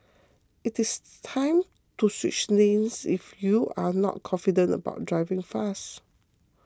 it is time to switch lanes if you're not confident about driving fast